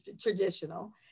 traditional